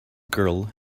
girl